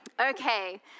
Okay